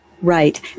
Right